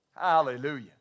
Hallelujah